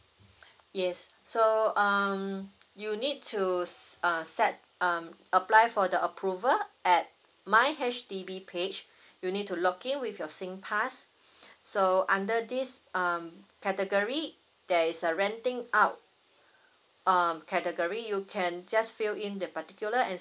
yes so um you need to uh set um apply for the approval at my H_D_B page you need to login with your singpass so under this um category there is a renting out um category you can just fill in the particular and